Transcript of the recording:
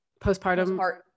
postpartum